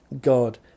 God